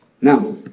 Now